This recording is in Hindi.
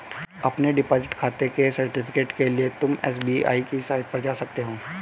अपने डिपॉजिट खाते के सर्टिफिकेट के लिए तुम एस.बी.आई की साईट पर जा सकते हो